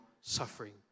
suffering